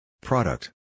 Product